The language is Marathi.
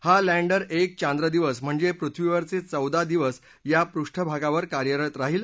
हा लँडर एक चांद्र दिवस म्हणजप्रिथ्वीवरचक्रिदा दिवस या पृष्ठभागावर कार्यरत राहिल